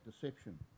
deception